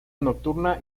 nocturna